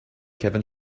kevin